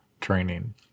training